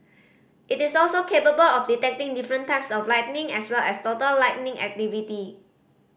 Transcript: it is also capable of detecting different types of lightning as well as total lightning activity